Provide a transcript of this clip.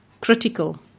critical